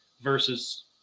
versus